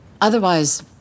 Otherwise